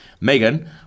Megan